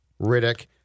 Riddick